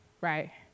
right